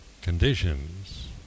conditions